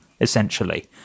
essentially